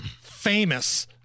famous